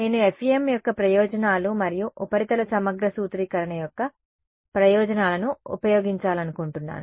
నేను FEM యొక్క ప్రయోజనాలు మరియు ఉపరితల సమగ్ర సూత్రీకరణ యొక్క ప్రయోజనాలను ఉపయోగించాలనుకుంటున్నాను